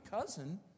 cousin